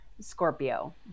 Scorpio